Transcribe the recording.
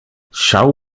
schau